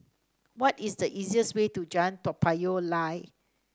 what is the easiest way to Jalan Payoh Lai